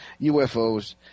UFOs